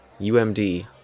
UMD